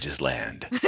Land